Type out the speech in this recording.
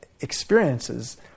experiences